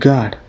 God